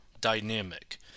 dynamic